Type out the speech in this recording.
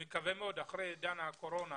אחרי עידן הקורונה